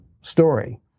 story